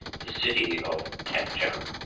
the city of tek-chham.